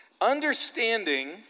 Understanding